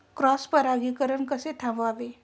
Cross परागीकरण कसे थांबवावे?